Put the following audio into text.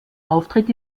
auftritt